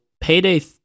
Payday